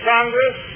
Congress